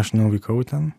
aš nuvykau ten